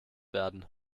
werden